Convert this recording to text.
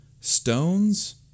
Stones